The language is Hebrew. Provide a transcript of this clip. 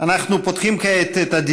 הצעות מס' 8685, 8702, 8704 ו-8717.